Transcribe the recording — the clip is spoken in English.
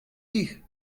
pig